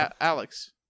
alex